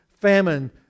famine